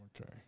Okay